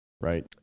right